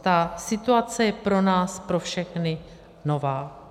Ta situace je pro nás pro všechny nová.